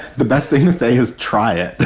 the best thing you say is try it.